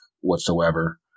whatsoever